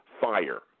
fire